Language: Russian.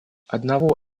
одного